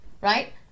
right